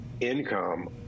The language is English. income